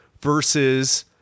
versus